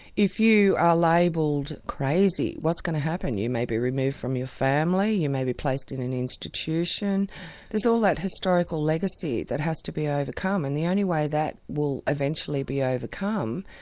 if you are labelled crazy, what's going to happen? you may be removed from your family, you may be placed in an institution there's all that historical legacy that has to be overcome, and the only way that will eventually be overcome.